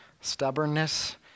Stubbornness